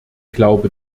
glaube